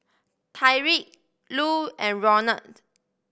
Tyriq Lu and Ronald